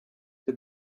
did